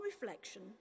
reflection